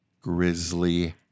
Grizzly